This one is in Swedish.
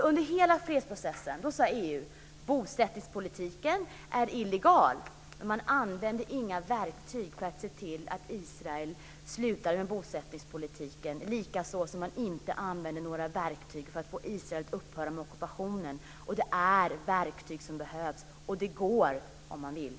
Under hela fredsprocessen sade EU att bosättningspolitken var illegal, men man använde inga verktyg för att få Israel att sluta med bosättningspolitiken. Man använde inte heller några verktyg för att få Israel att upphöra med ockupationen. Det är verktyg som behövs. Det går om man vill.